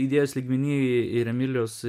idėjos lygmeny ir emilijos